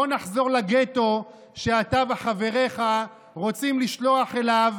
לא נחזור לגטו שאתה וחבריך רוצים לשלוח אליו